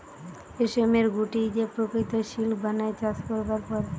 রেশমের গুটি যে প্রকৃত সিল্ক বানায় চাষ করবার পর